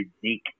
unique